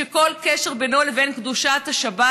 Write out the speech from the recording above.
שכל קשר בינו לבין קדושת השבת,